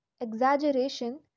exaggeration